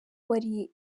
wari